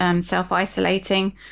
self-isolating